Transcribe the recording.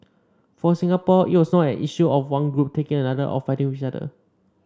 for Singapore it was not an issue of one group taking from another or fighting with each other